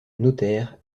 notaire